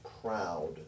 proud